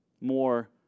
more